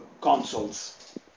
consoles